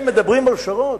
הם מדברים על פשרות?